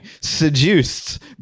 seduced